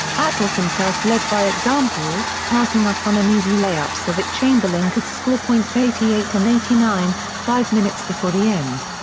attles himself led by example, passing up on an easy layup so that chamberlain could score points eighty eight and eighty nine, five minutes before the end.